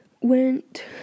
went